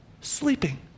sleeping